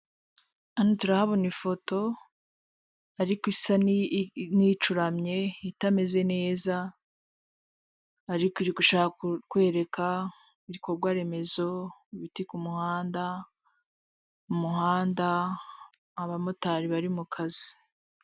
Hano turahabona ifoto ariko isa nk'icuramye itameze neza; ariko iri gushaka kwereka ibikorwaremezo, ibiti ku muhanda, mu muhanda, abamotari bari mu kazi.